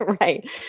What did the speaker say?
Right